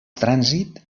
trànsit